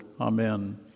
Amen